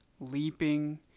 leaping